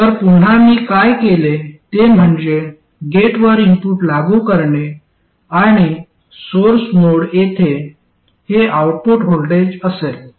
तर पुन्हा मी काय केले ते म्हणजे गेट वर इनपुट लागू करणे आणि सोर्स नोड येथे हे आउटपुट व्होल्टेज असेल